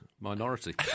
minority